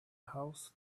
house